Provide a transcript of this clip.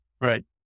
Right